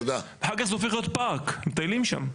אחר כך זה הופך להיות פארק, מטיילים שם.